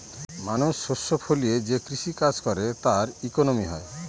মানুষ শস্য ফলিয়ে যে কৃষি কাজ করে তার ইকোনমি হয়